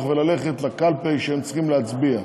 וללכת לקלפי שבה הם צריכים להצביע,